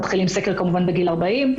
מתחילים סקר כמובן בגיל 40,